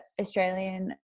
Australian